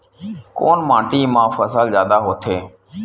कोन माटी मा फसल जादा होथे?